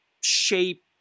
shape